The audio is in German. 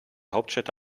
hauptstädte